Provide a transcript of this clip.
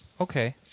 okay